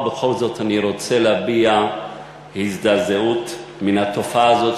ובכל זאת אני רוצה להביע הזדעזעות מן התופעה הזאת,